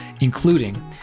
including